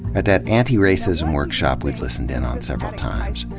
at that antiracism workshop we've listened in on several times.